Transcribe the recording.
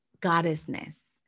goddessness